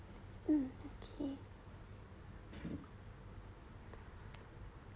mm okay